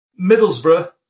Middlesbrough